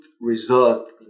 result